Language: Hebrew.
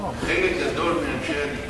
חלק גדול מאנשי הליכוד הצביעו נגד.